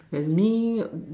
as me